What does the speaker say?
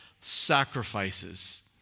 sacrifices